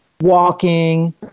walking